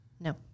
No